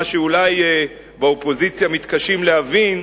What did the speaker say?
מה שאולי באופוזיציה מתקשים להבין,